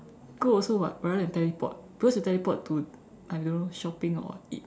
good also [what] rather than teleport because you teleport to I don't know shopping or eat